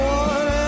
one